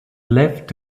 left